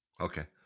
Okay